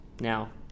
now